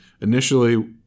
initially